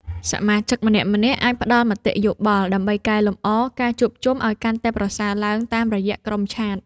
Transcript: សមាជិកម្នាក់ៗអាចផ្ដល់មតិយោបល់ ដើម្បីកែលម្អការជួបជុំឱ្យកាន់តែប្រសើរឡើងតាមរយៈក្រុមឆាត។